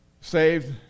saved